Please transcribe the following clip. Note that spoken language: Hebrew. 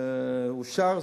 אושר,